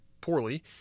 poorly